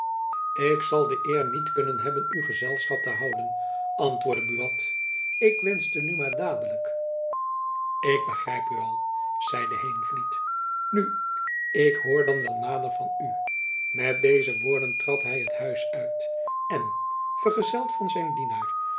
ik zal de eer niet kunnen hebben u gezelschap te houden antwoordde buat ik wenschte nu maar dadelijk ik begrijp u al zeide heenvliet nu ik hoor dan wel nader van u met deze woorden trad hy het huis uit en verzeld van zijn dienaar